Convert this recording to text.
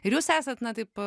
ir jūs esat na taip